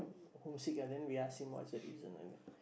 homesick ah then we ask him what's the reason and we